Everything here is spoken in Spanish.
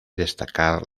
destacar